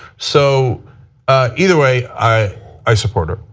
so ah either way, i i support her.